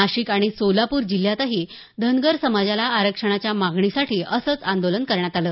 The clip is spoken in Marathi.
नाशिक आणि सोलापूर जिल्ह्यातही धनगर समाजाला आरक्षणाच्या मागणीसाठी असंच आंदोलन करण्यात आलं